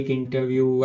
interview